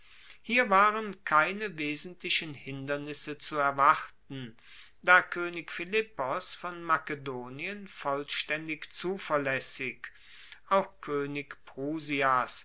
hier waren keine wesentlichen hindernisse zu erwarten da koenig philippos von makedonien vollstaendig zuverlaessig auch koenig